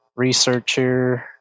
Researcher